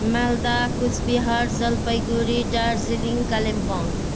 Malda Coochbehar Jalpaiguri Darjeeling Kalimpong